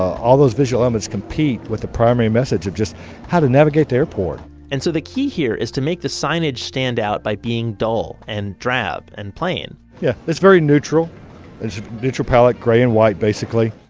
all those visual um images compete with the primary message of just how to navigate the airport and so the key here is to make the signage stand out by being dull and drab and plain yeah, that's very neutral. it's a neutral pallet gray and white basically.